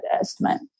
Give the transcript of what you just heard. estimate